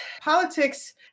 politics